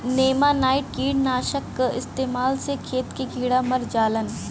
नेमानाइट कीटनाशक क इस्तेमाल से खेत के कीड़ा मर जालन